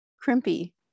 crimpy